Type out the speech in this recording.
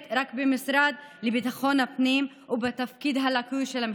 רק במשרד לביטחון הפנים ובתפקוד הלקוי של המשטרה.